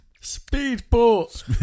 speedboat